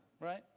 right